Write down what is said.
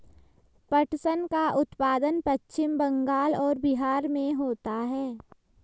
पटसन का उत्पादन पश्चिम बंगाल और बिहार में होता है